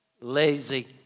lazy